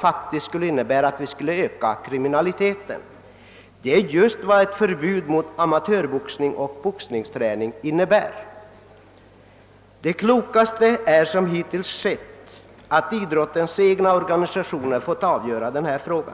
faktiskt skulle innebära att kriminaliteten ökades. Det är nämligen just vad ett förbud mot amatörboxning och boxningsträning innebär. Det klokaste är att idrottens egna organisationer som hittills får avgöra denna fråga.